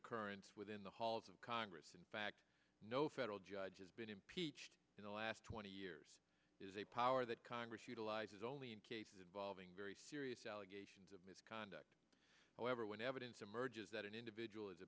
occurrence within the halls of congress in fact no federal judge has been impeached in the last twenty years is a power that congress utilizes only in cases involving very serious allegations of misconduct however when evidence emerges that an individual is